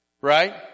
right